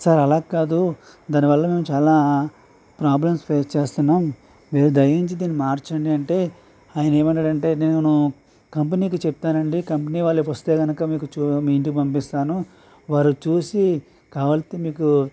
sir అలాకాదు దాని వల్ల మేము చాలా ప్రాబ్లమ్స్ ఫేస్ చేస్తునాము మీరు దయవుంచి దీన్నీ మార్చండి అంటే ఆయన ఏమన్నాడంటే నేను కంపెనీకి చెప్తానండీ కంపెనీ వాళ్ళు వస్తే గనుక మీకు చూ మీ ఇంటికి పంపిస్తాను వారు చూసి కావాల్తే మీకు